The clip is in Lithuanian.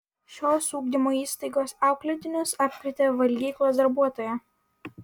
šios ugdymo įstaigos auklėtinius apkrėtė valgyklos darbuotoja